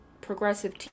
progressive